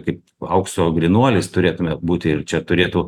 kaip aukso grynuolis turėtume būti ir čia turėtų